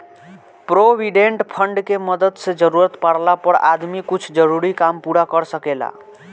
provident fund के मदद से जरूरत पाड़ला पर आदमी कुछ जरूरी काम पूरा कर सकेला